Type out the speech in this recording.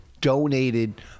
donated